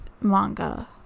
manga